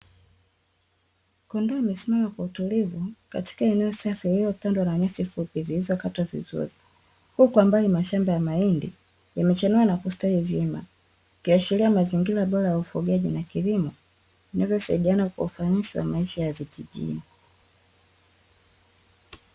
Kondoo amesimama kwa utulivu katika eneo safi lililotandwa na nyasi fupi, zilizokatwa vizuri, huku kwa mbali mashamba ya mahindi yamechanua na kustawi vyema, ikiashiria mazingira bora ya ufugaji na kilimo, vinavyosaidiana kwa ufanisi wa maisha ya vijijini.